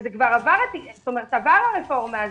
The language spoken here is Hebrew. ועברה כבר הרפורמה הזאת,